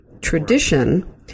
tradition